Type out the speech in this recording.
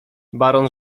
baron